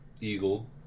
Eagle